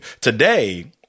Today